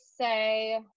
say